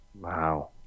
Wow